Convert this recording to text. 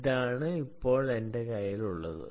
അതാണ് ഇപ്പോൾ എന്റെ കയ്യിൽ ഉള്ളത്